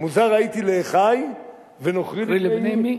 "מוזר הייתי לאחי ונכרי לבני אמי".